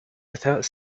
without